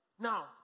Now